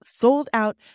sold-out